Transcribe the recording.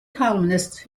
columnists